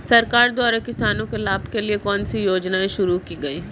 सरकार द्वारा किसानों के लाभ के लिए कौन सी योजनाएँ शुरू की गईं?